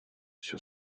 sur